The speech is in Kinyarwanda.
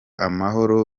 amahoro